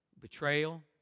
Betrayal